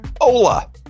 Hola